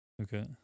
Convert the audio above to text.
Okay